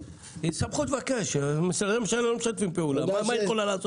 אבל אם משרדי הממשלה לא משתפים פעולה אין לה מה לעשות.